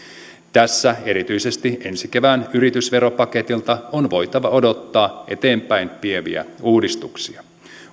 tässä erityisesti ensi kevään yritysveropaketilta on voitava odottaa eteenpäinvieviä uudistuksia